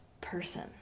person